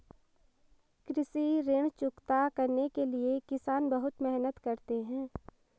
कृषि ऋण चुकता करने के लिए किसान बहुत मेहनत करते हैं